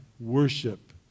worship